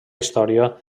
història